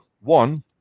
one